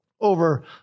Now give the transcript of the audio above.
over